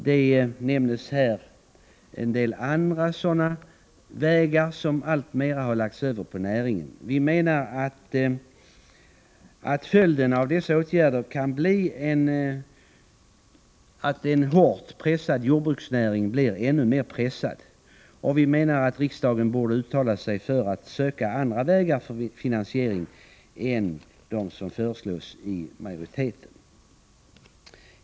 Vi nämner också i reservationen en del andra kostnader som har lagts över på näringen. Jordbruksdeparte Vi menar att följden av dessa åtgärder kan bli att en redan hårt pressad jordbruksnäring blir ännu mer pressad, och vi anser att riksdagen borde uttala sig för att man skall söka andra vägar för finansiering än de som föreslås av majoriteten.